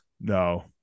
No